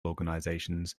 organizations